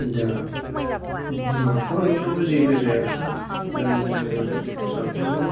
दा बिमा बिफानावथ' जेबो जायासै दा जोङो फिसाफोरनाव